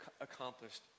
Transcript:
accomplished